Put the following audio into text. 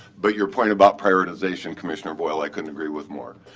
but your point about prioritization, commissioner boyle, i couldn't agree with more.